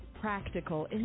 practical